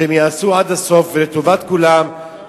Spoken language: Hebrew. שהם ייעשו עד הסוף ולטובת כולם,